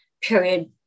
period